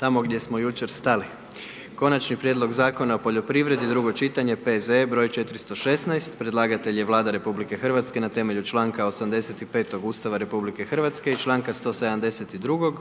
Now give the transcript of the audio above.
tamo gdje smo jučer stali. - Konačni prijedlog Zakona o poljoprivredi, drugo čitanje, P.Z.E. broj 416. Predlagatelj je Vlada RH, na temelju članka 85. Ustava RH i članka 172.